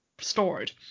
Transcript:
stored